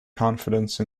confidence